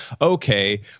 okay